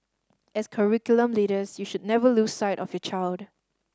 as curriculum leaders you should never lose sight of the child